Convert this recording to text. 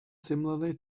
similarly